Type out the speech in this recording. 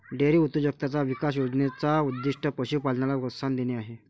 dairy उद्योजकताचा विकास योजने चा उद्दीष्ट पशु पालनाला प्रोत्साहन देणे आहे